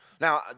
Now